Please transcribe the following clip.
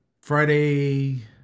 Friday